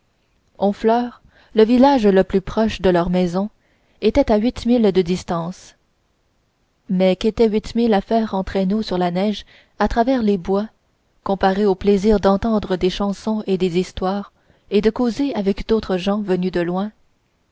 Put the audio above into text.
honfleur le village le plus proche de leur maison était à huit milles de distance mais quétaient huit milles à faire en traîneau sur la neige à travers les bois comparés au plaisir d'entendre des chansons et des histoires et de causer avec d'autres gens venus de loin